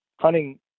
hunting